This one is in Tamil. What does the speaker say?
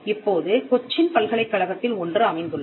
இப்போது கொச்சின் பல்கலைக்கழகத்தில் ஒன்று அமைந்துள்ளது